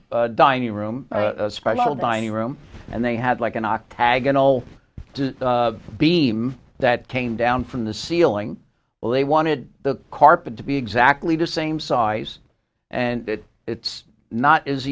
a dining room special dining room and they had like an octagonal beam that came down from the ceiling well they wanted the carpet to be exactly the same size and that it's not as